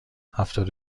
هفتاد